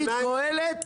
קהלת,